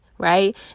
Right